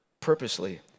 purposely